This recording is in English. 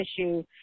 issue